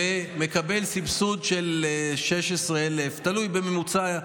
ומקבל סבסוד של 16,000 בממוצע,